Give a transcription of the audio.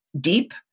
deep